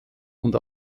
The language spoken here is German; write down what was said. und